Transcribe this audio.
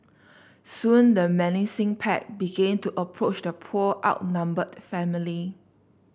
soon the menacing pack began to approach the poor outnumbered family